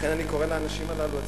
לכן אני קורא לאנשים הללו,